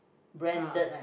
branded leh